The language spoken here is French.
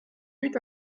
eut